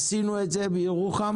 עשינו את זה בירוחם